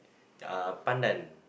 uh pandan